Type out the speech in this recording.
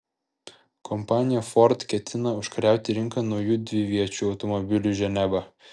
kompanija ford ketina užkariauti rinką nauju dviviečiu automobiliu ženeva